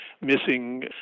missing